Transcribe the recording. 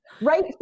Right